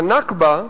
ה"נכבה"